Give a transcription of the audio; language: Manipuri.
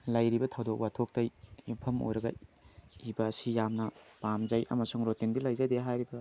ꯂꯩꯔꯤꯕ ꯊꯧꯗꯣꯛ ꯋꯥꯊꯣꯛꯇ ꯌꯨꯝꯐꯝ ꯑꯣꯏꯔꯒ ꯏꯕ ꯑꯁꯤ ꯌꯥꯝꯅ ꯄꯥꯝꯖꯩ ꯑꯃꯁꯨꯡ ꯔꯣꯇꯤꯟꯗꯤ ꯂꯩꯖꯗꯦ ꯍꯥꯏꯔꯤꯕ